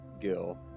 Gill